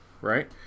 right